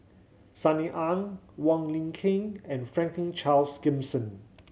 Sunny Ang Wong Lin Ken and Franklin Charles Gimson